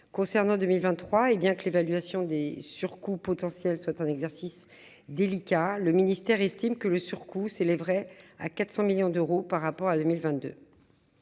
de l'année 2023- et bien que l'évaluation des surcoûts potentiels soit un exercice délicat -, le ministère estime que le surcoût s'élèverait à 400 millions d'euros par rapport à 2022.